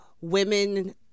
women